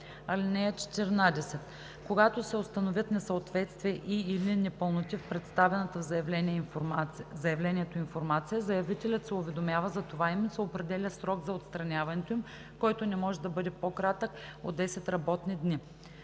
(14) Когато се установят несъответствия и/или непълноти в представената в заявлението информация, заявителят се уведомява за това и му се определя срок за отстраняването им, който не може да е по-кратък от 10 работни дни.“